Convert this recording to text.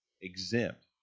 exempt